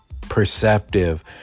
perceptive